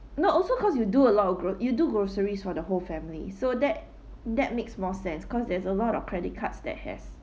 no also cause you do a lot of gro~ you do groceries for the whole family so that that makes more sense cause there's a lot of credit cards that has